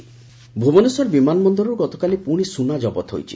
ସୁନା ଜବତ ଭୁବନେଶ୍ୱର ବିମାନ ବନ୍ଦରରୁ ଗତକାଲି ପୁଶି ସୁନା ଜବତ ହୋଇଛି